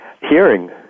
hearing